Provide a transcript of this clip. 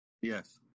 Yes